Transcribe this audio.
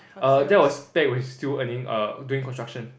err that was back when he was still earning err doing construction